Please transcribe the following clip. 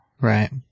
Right